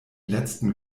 letzten